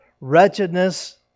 wretchedness